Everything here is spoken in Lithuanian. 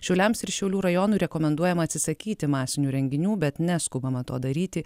šiauliams ir šiaulių rajonui rekomenduojama atsisakyti masinių renginių bet neskubama to daryti